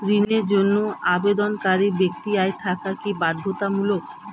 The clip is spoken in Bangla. ঋণের জন্য আবেদনকারী ব্যক্তি আয় থাকা কি বাধ্যতামূলক?